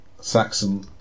Saxon